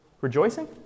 rejoicing